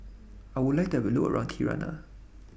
I Would like to Have A Look around Tirana